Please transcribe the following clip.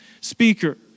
speaker